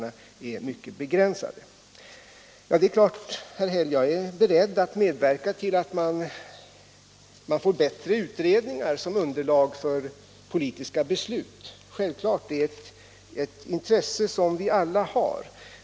Det är klart, herr Häll, att jag är beredd att medverka till att vi får bättre utredningar som underlag för politiska beslut. Det är självklart att vi alla har intresse av det.